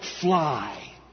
fly